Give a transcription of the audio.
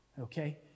okay